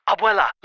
Abuela